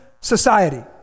society